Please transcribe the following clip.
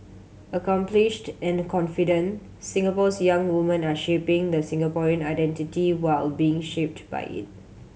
accomplished and confident Singapore's young woman are shaping the Singaporean identity while being shaped by it